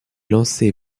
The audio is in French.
lancée